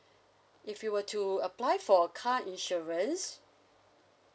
if you were to apply for a car insurance